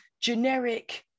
generic